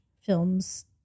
films